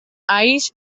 alls